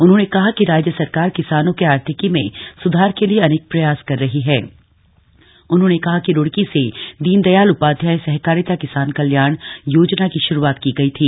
उन्होंने कहा कि राज्य सरकार किसानों के आर्थिकी में सुधार के लिए अनेक प्रयास कर रही ह उन्होंने कहा कि रूड़की से दीनदयाल उपाध्याय सहकारिता किसान कल्याण योजना की श्रूआत की गई थी